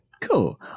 Cool